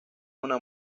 una